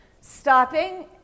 stopping